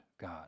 God